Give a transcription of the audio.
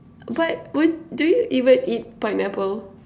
but would do you even eat pineapple